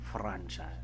franchise